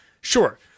sure